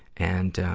and,